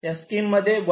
या स्कीम मध्ये 1